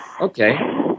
okay